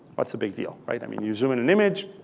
what's the big deal right? i mean, you zoom in an image.